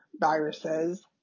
viruses